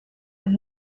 und